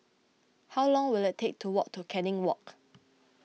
how long will it take to walk to Canning Walk